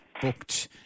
booked